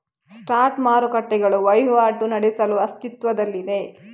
spot ಮಾರುಕಟ್ಟೆಗಳು ವಹಿವಾಟು ನಡೆಸಲು ಅಸ್ತಿತ್ವದಲ್ಲಿವೆ